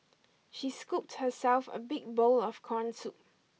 she scooped herself a big bowl of corn soup